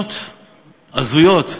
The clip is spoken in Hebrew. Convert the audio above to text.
החלטות הזויות.